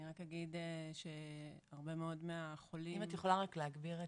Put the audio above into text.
אני רק אגיד שהרבה מאד מהחולים שאני נפגשת